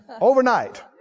overnight